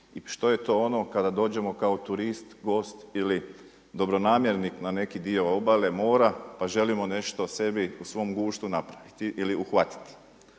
što je to ono kada dođemo kao turist, gost ili dobronamjernik na neki dio obale mora pa želimo nešto sebi o svom guštu napraviti ili uhvatiti.